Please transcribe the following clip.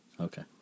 Okay